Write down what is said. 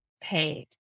paid